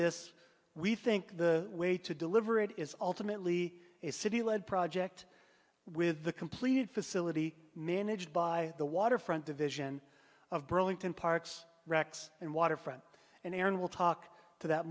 this we think the way to deliver it is alternately a city led project with a completed facility managed by the waterfront division of burlington parks rex and waterfront and aaron we'll talk to that